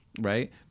right